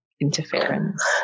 interference